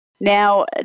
Now